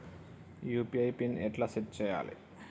UPI pin ఎట్లా set చేయాలే?